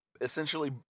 essentially